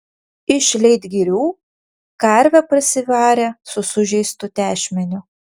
iš leitgirių karvę parsivarė su sužeistu tešmeniu